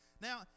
Now